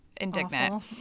indignant